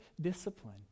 discipline